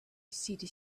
city